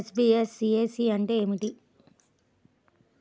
NBFC అంటే ఏమిటి?